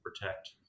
protect